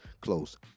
close